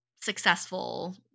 successful